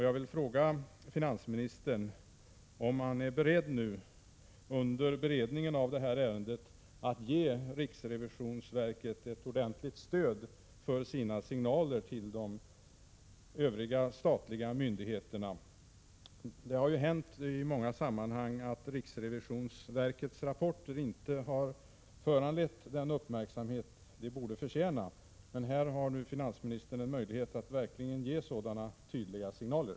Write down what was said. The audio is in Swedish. Jag vill fråga finansministern, om han under beredningen av ärendet är villig att ge riksrevisionsverket ett ordentligt stöd när det gäller signalerna till de övriga statliga myndigheterna. Det har ju i många sammanhang hänt att riksrevisionsverkets rapporter inte har fått den uppmärksamhet som de förtjänat. Här har nu finansministern verkligen möjlighet att ge tydliga signaler.